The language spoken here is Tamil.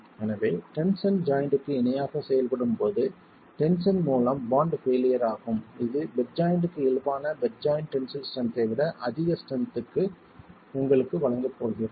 எனவே டென்ஷன் ஜாய்ண்ட்க்கு இணையாக செயல்படும் போது டென்ஷன் மூலம் பாண்ட் பெயிலியர் ஆகும் இது பெட் ஜாய்ண்ட்க்கு இயல்பான பெட் ஜாய்ண்ட் டென்சில் ஸ்ட்ரென்த்தை விட அதிக ஸ்ட்ரென்த்தை உங்களுக்கு வழங்கப் போகிறது